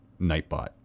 nightbot